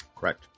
Correct